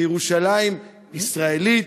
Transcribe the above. כירושלים ישראלית,